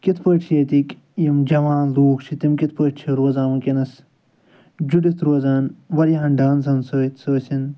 کِتھ پٲٹھۍ چھِ ییٚتِکۍ یِم جَوان لوٗکھ چھِ تِم کِتھ پٲٹھۍ چھِ روزان وُنٛکیٚس جُڑِتھ روزان واریاہَن ڈانسَن سۭتۍ سُہ ٲسِن